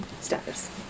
status